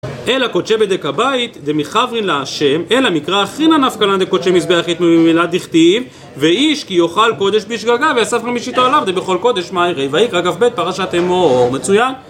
אלא קדשי בדק הבית, דמחוורין להשם, אלא מקרא אחרינא נפקא לן דקדשי מזבח אית בהו מעילה, דכתיב, ואיש כי יאכל קודש בשגגה ויסף חמישיתו עליו, דבכל קודש מיירי, ויקרא כב פרשת אמור, מצויין.